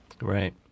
Right